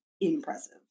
impressive